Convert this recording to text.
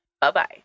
Bye-bye